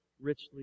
richly